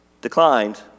declined